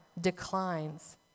declines